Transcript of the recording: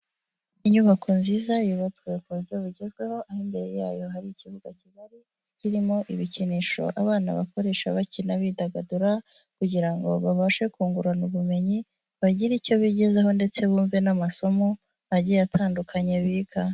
Inyubako nziza yubatswe ku buryo bugezweho aho imbere yayo hari ikibuga kigari kirimo ibikinisho abana bakoresha bakina bidagadura kugira ngo babashe kungurana ubumenyi bagire icyo bigezaho ndetse bumve n'amasomo agiye atandukanye biga.